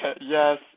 Yes